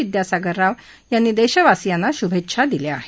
विद्यासागर राव यांनी देशवासीयांना शुभेच्छा दिल्या आहेत